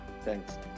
Thanks